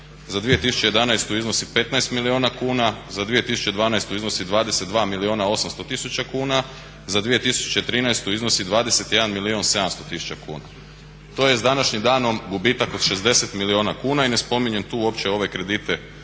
za 2011. iznosi 15 milijuna kuna, za 2012. iznosi 22 milijuna 800 tisuća kuna, za 2013. iznosi 21 milijun i 700 tisuća kuna. To je s današnjim danom gubitak od 60 milijuna kuna i ne spominjem tu uopće ove kredite